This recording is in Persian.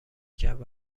کرد